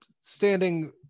standing